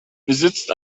besitzt